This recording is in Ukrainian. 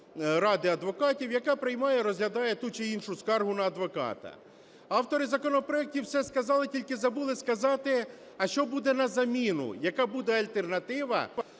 ради адвокатів, яка приймає, розглядає ту чи іншу скаргу на адвоката. Автори законопроекту все сказали, тільки забули сказати, а що буде на заміну, яка буде альтернатива